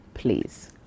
please